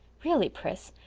really, pris,